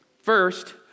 First